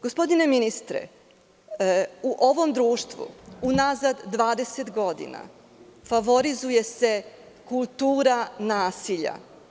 Gospodine ministre, u ovom društvu unazad 20 godina favorizuje se kultura nasilja.